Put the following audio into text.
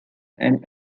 and